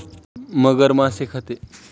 मगर मासे खाते